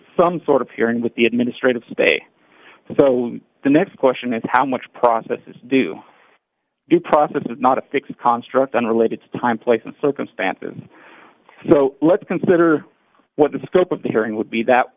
some sort of hearing with the administrative say so the next question is how much process is due process is not a fixed construct unrelated to time place and circumstances so let's consider what the scope of the hearing would be that